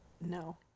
no